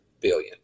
billion